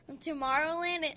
Tomorrowland